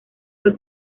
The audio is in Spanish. fue